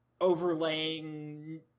overlaying